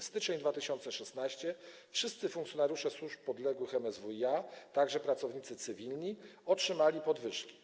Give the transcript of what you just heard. W styczniu 2016 r. wszyscy funkcjonariusze służb podległych MSWiA, także pracownicy cywilni, otrzymali podwyżki.